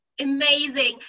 amazing